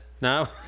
No